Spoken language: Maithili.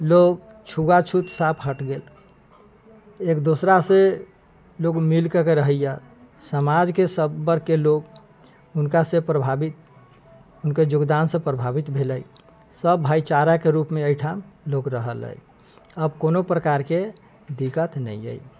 लोग छुआछूत साफ हटि गेल एक दोसरा से लोग मिल कऽ रहैया समाज के सब वर्ग के लोग हुनका से प्रभावित हुनका योगदान से प्रभावित भेलय सब भाइचारा के रूप मे एहिठाम लोग रहल अइ आब कोनो प्रकार के दिक्कत नहि अछि